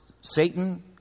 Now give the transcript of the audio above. Satan